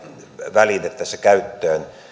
väline tässä käyttöön